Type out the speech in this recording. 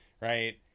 Right